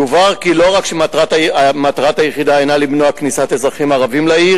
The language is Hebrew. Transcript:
יובהר כי לא רק שמטרת היחידה אינה "למנוע כניסת אזרחים ערבים לעיר",